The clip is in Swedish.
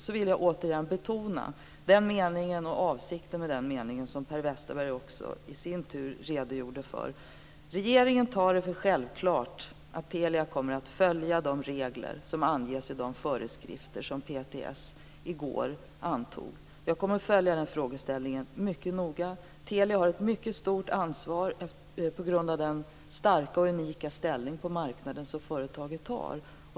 Jag vill återigen betona den mening som Per Westerberg i sin tur redogjorde för, och avsikten med den meningen. Regeringen tar det för självklart att Telia kommer att följa de regler som anges i de föreskrifter som PTS i går antog. Jag kommer att följa den frågeställningen mycket noga. Telia har ett mycket stort ansvar på grund av den starka och unika ställning på marknaden som företaget har.